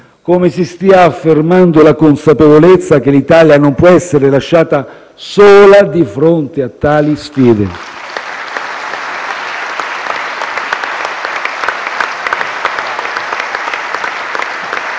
come si stia affermando la consapevolezza che l'Italia non può essere lasciata sola di fronte a tali sfide.